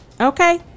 okay